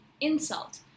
insult